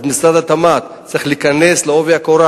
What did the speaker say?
משרד התמ"ת צריך להיכנס בעובי הקורה